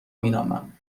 مینامم